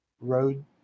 Road